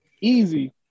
easy